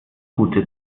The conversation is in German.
gute